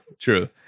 true